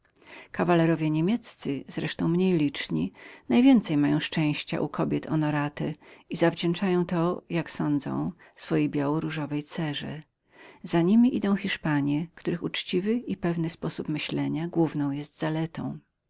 stopnia kawalerowie niemieccy mniej liczni najwięcej mają szczęścia u zaszczytnych kobiet i winni je są jak sądzę ich biało różowej cerze za niemi idą hiszpanie których uczciwy i pewny sposób myślenia główną jest zaletą